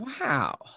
wow